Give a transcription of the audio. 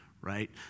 right